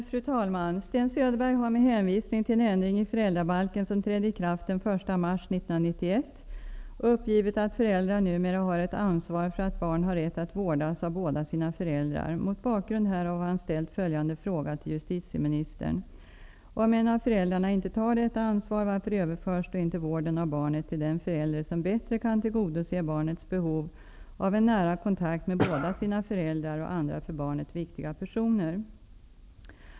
Fru talman! Sten Söderberg har med hänvisning till en ändring i föräldrabalken som trädde i kraft den 1 mars 1991 uppgivit att föräldrar numera har ett ansvar för att barn har rätt att vårdas av båda sina föräldrar. Mot bakgrund härav har han ställt följande fråga till justitieministern: Om en av föräldrarna inte tar detta ansvar, varför överförs då inte vården av barnet till den förälder som bättre kan tillgodose barnets behov av en nära kontakt med båda sina föräldrar och andra för barnet viktiga personer?